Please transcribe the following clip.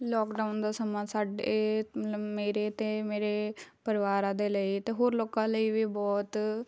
lockdown ਦਾ ਸਮਾਂ ਸਾਡੇ ਮਤਲਬ ਮੇਰੇ ਅਤੇ ਮੇਰੇ ਪਰਿਵਾਰਾਂ ਦੇ ਲਈ ਅਤੇ ਹੋਰ ਲੋਕਾਂ ਲਈ ਵੀ ਬਹੁਤ